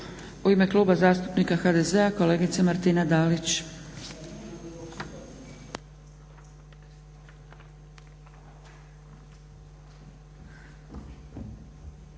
U ime Kluba zastupnika HDZ-a kolegica Martina Dalić.